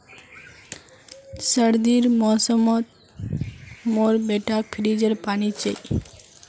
सर्दीर मौसम तो मोर बेटाक फ्रिजेर पानी चाहिए